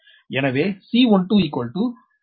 எனவே C12qV12